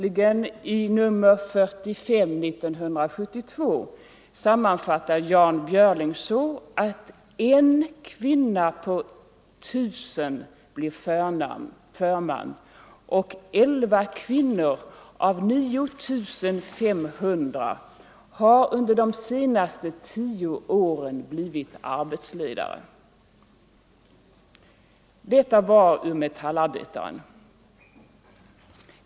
I nr 45, 1972, slutligen sammanfattar Jan Björling att en kvinna på 1000 blir förman och att Il kvinnor av 9 500 under de senaste 10 åren har blivit arbetsledare. Detta var ur Metallarbetaren.